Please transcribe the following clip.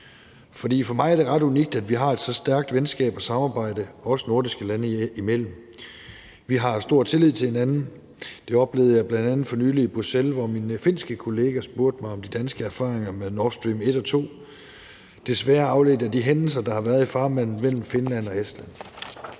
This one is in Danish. for mig er det ret unikt, at vi har et så stærkt venskab og samarbejde vi nordiske lande imellem. Vi har stor tillid til hinanden. Det oplevede jeg bl.a. for nylig i Bruxelles, hvor min finske kollega spurgte mig om de danske erfaringer med Nord Stream 1 og 2 – desværre afledt af de hændelser, der har været i farvandet mellem Finland og Estland.